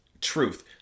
truth